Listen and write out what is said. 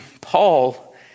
Paul